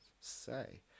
say